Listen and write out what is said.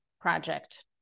project